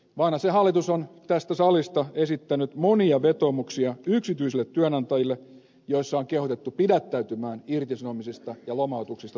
vanhasen hallitus on tästä salista esittänyt yksityisille työnantajille monia vetoomuksia joissa on kehotettu pidättäytymään irtisanomisista ja lomautuksista taantuman aikana